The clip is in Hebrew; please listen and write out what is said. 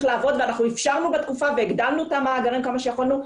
לעבוד ואנחנו אפשרנו בתקופה והגדלנו את המאגרים כמה שיכולנו.